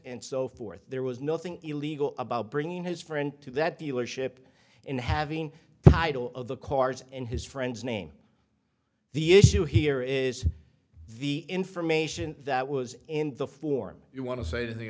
and so forth there was nothing illegal about bringing his friend to that dealership and having title of the cars in his friend's name the issue here is the information that was in the form you want to say